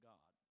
God